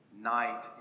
night